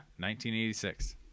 1986